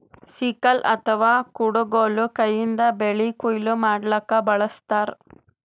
sickle ಅಥವಾ ಕುಡಗೊಲ್ ಕೈಯಿಂದ್ ಬೆಳಿ ಕೊಯ್ಲಿ ಮಾಡ್ಲಕ್ಕ್ ಬಳಸ್ತಾರ್